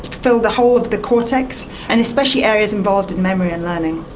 fill the whole of the cortex, and especially areas involved in memory and learning.